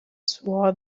swore